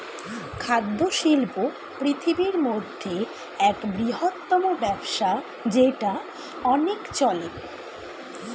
খাদ্য শিল্প পৃথিবীর মধ্যে এক বৃহত্তম ব্যবসা যেটা অনেক চলে